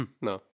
No